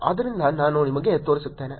ಆದ್ದರಿಂದ ನಾನು ನಿಮಗೆ ತೋರಿಸುತ್ತೇನೆ